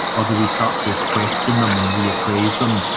or do we start to question them and reappraise them?